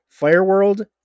Fireworld